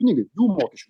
pinigai jų mokesčių